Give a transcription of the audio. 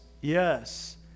Yes